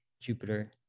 Jupiter